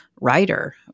writer